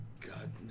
God